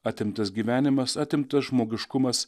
atimtas gyvenimas atimtas žmogiškumas